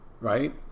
right